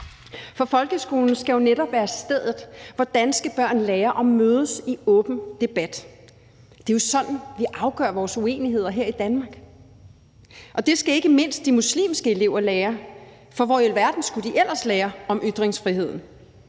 for folkeskolen skal jo netop være stedet, hvor danske børn lærer at mødes i åben debat. Det er jo sådan, vi afgør vores uenigheder her i Danmark. Og det skal ikke mindst de muslimske elever lære, for hvor i alverden skulle de ellers lære om ytringsfriheden?